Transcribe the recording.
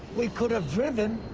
we could have driven.